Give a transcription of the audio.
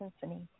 symphony